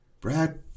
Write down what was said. Brad